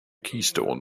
keystone